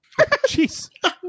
Jeez